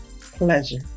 pleasure